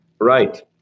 Right